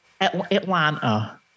Atlanta